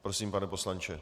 Prosím, pane poslanče.